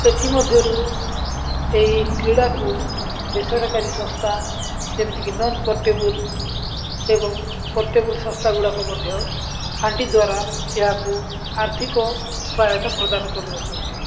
ଏଥିମଧ୍ୟରୁ ଏହି କ୍ରୀଡ଼ାକୁ ବେସରକାରୀ ସଂସ୍ଥା ଯେମିତିକି ନନ୍ ପୋର୍ଟେବୁଲ୍ ଏବଂ ପୋର୍ଟେବୁଲ୍ ସଂସ୍ଥା ଗୁଡ଼ାକ ମଧ୍ୟ ପାଣ୍ଠି ଦ୍ୱାରା ଏହାକୁ ଆର୍ଥିକ ସହାୟତା ପ୍ରଦାନ କରିଅଛନ୍ତି